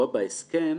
בהסכם,